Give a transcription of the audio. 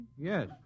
Yes